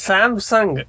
Samsung